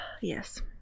Yes